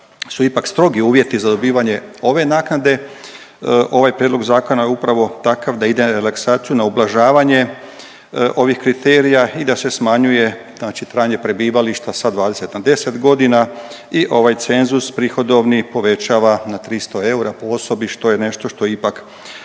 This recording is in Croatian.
su ipak strogi uvjeti za dobivanje ove naknade, ovaj prijedlog zakona je upravo takav da ide na relaksaciju, na ublažavanje ovih kriterija i da se smanjuje znači trajanje prebivališta sa 20 na 10.g. i ovaj cenzus prihodovni povećava na 300 eura po osobi, što je nešto što ipak